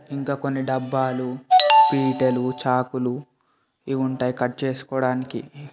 ఇంకా కొన్ని డబ్బాలు పీటలు చాకులు ఇవుంటాయి కట్ చేసుకోడానికి